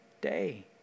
day